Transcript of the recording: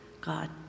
God